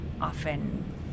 often